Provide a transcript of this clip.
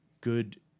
good